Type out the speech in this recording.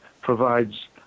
provides